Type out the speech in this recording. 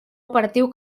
operatiu